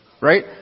right